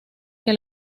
que